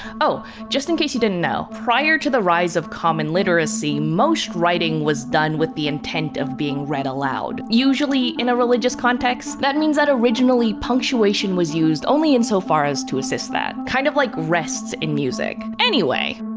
oh, just in case you didn't know, prior to the rise of common literacy, most writing was done with the intent of being read aloud. usually in a religious context. that means that originally punctuation was used only in so far as to assist that. kind of like rests in music. anyway,